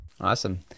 Awesome